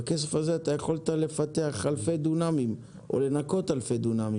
בכסף הזה יכולת לפתח אלפי דונמים או לנקות אלפי דונמים.